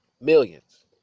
Millions